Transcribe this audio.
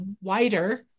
wider